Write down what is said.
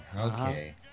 Okay